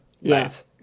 Yes